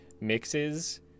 mixes